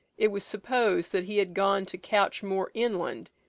it was supposed that he had gone to couch more inland,